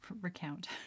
recount